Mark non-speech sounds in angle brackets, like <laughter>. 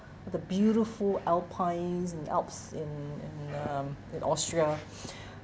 the beautiful alpines and alps in in um in austria <breath>